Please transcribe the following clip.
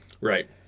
Right